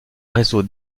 réseau